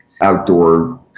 outdoor